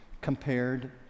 compared